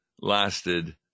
lasted